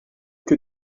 que